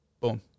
Boom